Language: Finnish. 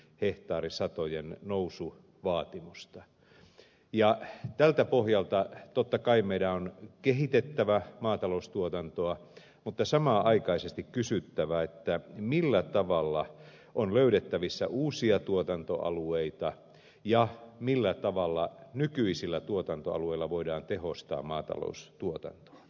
hehtaarisatojen nousu vaatimusta ja lähti tältä pohjalta totta kai meidän on kehitettävä maataloustuotantoa mutta samanaikaisesti on kysyttävä millä tavalla on löydettävissä uusia tuotantoalueita ja millä tavalla nykyisillä tuotantoalueilla voidaan tehostaa maataloustuotantoa